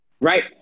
Right